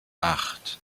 acht